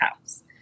house